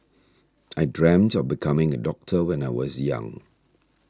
I dreamt of becoming a doctor when I was young